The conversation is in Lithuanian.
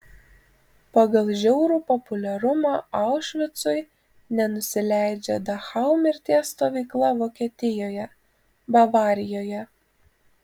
pagal žiaurų populiarumą aušvicui nenusileidžia dachau mirties stovykla vokietijoje bavarijoje